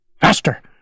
Faster